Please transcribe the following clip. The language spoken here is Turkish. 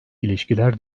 ilişkiler